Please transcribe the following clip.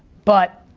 but,